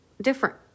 different